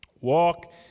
Walk